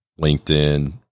LinkedIn